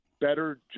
better